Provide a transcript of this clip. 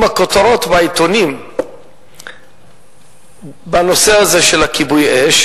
הכותרות בעיתונים בנושא הזה של כיבוי האש